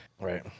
Right